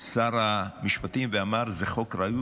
שר המשפטים ואמר: זה חוק ראוי,